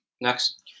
Next